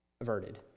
averted